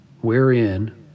wherein